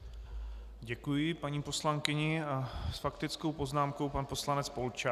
Děkuji paní poslankyni a s faktickou poznámkou pan poslanec Polčák.